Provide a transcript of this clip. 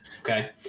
Okay